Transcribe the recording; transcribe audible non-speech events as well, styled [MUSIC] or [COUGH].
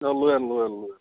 লৈ আন লৈ আন [UNINTELLIGIBLE]